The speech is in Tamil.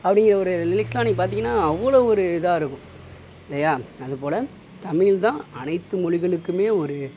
அப்படி ஒரு லிரிக்ஸ்லாம் நீங்கள் பார்த்திங்கன்னா அவ்வளோ ஒரு இதாக இருக்கும் இல்லையா அதுபோல தமிழ்தான் அனைத்து மொழிகளுக்குமே ஒரு